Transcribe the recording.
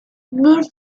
moore